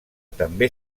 també